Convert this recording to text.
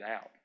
out